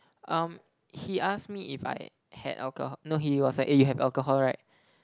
um he ask me if I had alcohol no he was like eh you have alcohol right